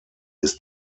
ist